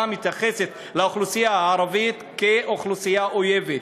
מתייחסת לאוכלוסייה הערבית כאוכלוסייה אויבת.